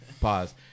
pause